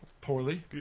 Poorly